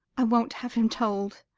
i won't have him told.